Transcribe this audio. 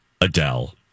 Adele